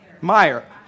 Meyer